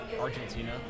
Argentina